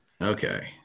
Okay